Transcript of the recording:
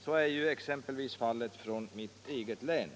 Så är ju exempelvis fallet i mitt eget län.